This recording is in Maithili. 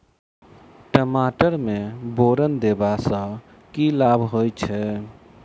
टमाटर मे बोरन देबा सँ की लाभ होइ छैय?